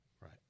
Right